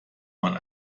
man